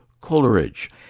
Coleridge